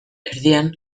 erdian